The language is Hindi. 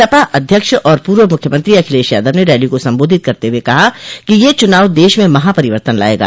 सपा अध्यक्ष और पूर्व मुख्यमंत्री अखिलेश यादव ने रैली को संबोधित करते हुए कहा कि यह चुनाव देश में महापरिवर्तन लायेगा